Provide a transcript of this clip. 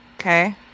Okay